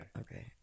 Okay